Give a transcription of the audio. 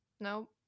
Nope